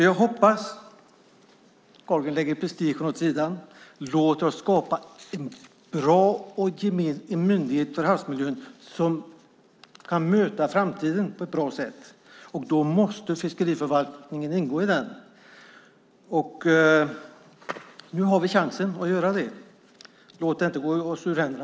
Jag hoppas att Andreas Carlgren lägger prestigen åt sidan och låter oss skapa en bra myndighet för havsmiljön som kan möta framtiden på ett bra sätt. Då måste fiskeriförvaltningen ingå i den. Nu har vi chansen att göra det. Låt det inte gå oss ur händerna!